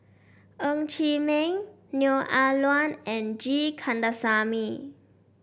Ng Chee Meng Neo Ah Luan and G Kandasamy